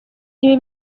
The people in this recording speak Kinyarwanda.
ibi